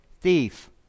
thief